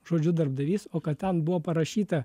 žodžiu darbdavys o kad ten buvo parašyta